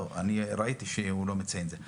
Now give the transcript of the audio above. ראיתי שהוא לא מציין את זה.